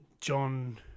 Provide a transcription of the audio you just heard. John